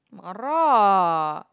marah